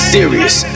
Serious